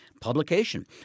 publication